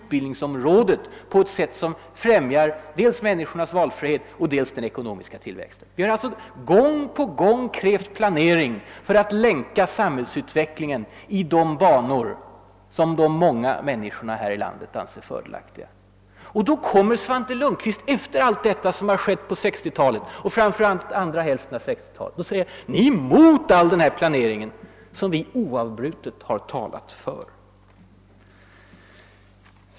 utbildningsområdet på ett sätt som främjar dels människornas valfrihet, dels den ekonomiska tillväxten. Vi har alltså gång på gång krävt planering för att länka samhällsutvecklingen i de banor som de många människorna här i landet anser fördelaktiga. Och då kommer Svante Lundkvist, efter allt detta som har skett på 1960 talet och framför allt under dess andra hälft, och säger: »Ni är mot all denna planering» — dvs. all den planering som vi oavbrutet har talat för!